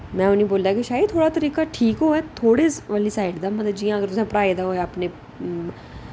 में उ'नें ई बोल्लेआ कि शायद थुआढ़ा तरीका ठीक होऐ थुआढ़े आह्ली साइड़ दा मतलब जि'यां कि तुसें पढ़ाए दा होऐ अपने